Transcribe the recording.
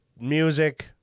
music